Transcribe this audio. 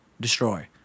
destroy